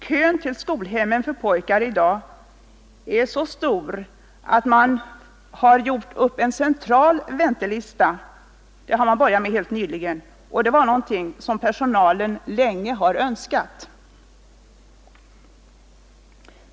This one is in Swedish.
Kön till skolhemmen för pojkar är i dag så lång att man helt nyligen har gjort upp en central väntelista. Det är någonting som personalen länge har önskat.